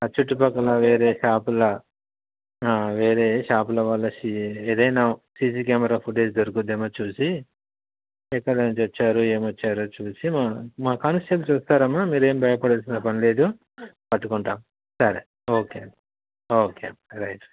ఆ చుట్టుపక్కల వేరే షాపుల వేరే షాపుల వాళ్ళకి ఏదైనా సీసీ కెమెరా ఫుటేజ్ దొరుకుద్దేమో చూసి ఎక్కడ నుంచి వచ్చారు ఎమోచ్చారు చూసి మ మా కానిస్టేబుల్ చూస్తారమ్మ మీరేం భయపడాల్సిన పని లేదు పట్టుకుంటాం సరే ఓకే ఓకే రైట్